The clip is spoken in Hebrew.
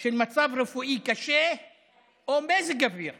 של מצב רפואי קשה או מזג אוויר